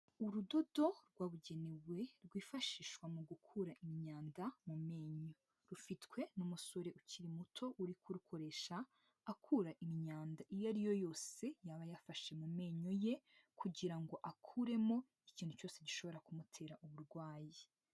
Urudodo rwabugenewe rwifashishwa mu gukura imyanda mu menyo rufitwe n'umusore ukiri muto uri kurukoresha akura imyanda iyo ari yo yose yaba yafashe amenyo ye kugira ngo akuremo ikintu cyose gishobora kumutera uburwayi.